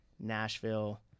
Nashville